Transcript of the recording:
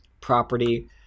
property